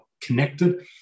connected